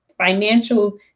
financial